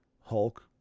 Hulk